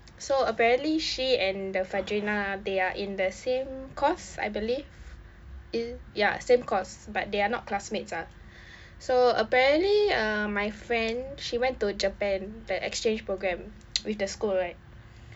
so apparently she and the fadreena they are in the same course I believe it's ya same course but they are not classmates lah so apparently uh my friend she went to japan that exchange program with the school right